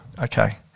Okay